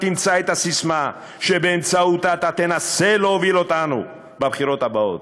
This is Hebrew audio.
תמצא את הססמה שבאמצעותה אתה תנסה להוביל אותנו בבחירות הבאות.